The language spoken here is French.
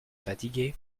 fatigué